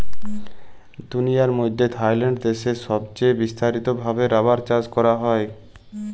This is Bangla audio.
দুলিয়ার মইধ্যে থাইল্যান্ড দ্যাশে ছবচাঁয়ে বিস্তারিত ভাবে রাবার চাষ ক্যরা হ্যয়